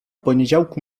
poniedziałku